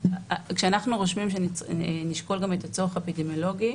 כשאנחנו רושמים שנשקול גם את הצורך האפידמיולוגי